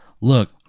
Look